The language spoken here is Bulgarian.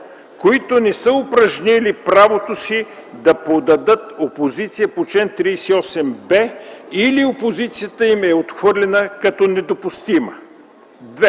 които не са упражнили правото си да подадат опозиция по чл. 38б или опозицията им е отхвърлена като недопустима; 2.